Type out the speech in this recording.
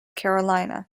carolina